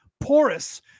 porous